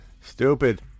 Stupid